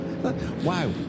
Wow